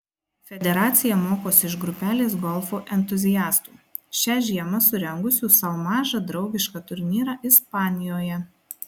federacija mokosi iš grupelės golfo entuziastų šią žiemą surengusių sau mažą draugišką turnyrą ispanijoje